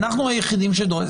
ואנחנו היחידים שדורשים,